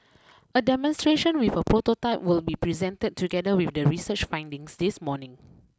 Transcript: a demonstration with a prototype will be presented together with the research findings this morning